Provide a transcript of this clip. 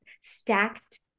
stacked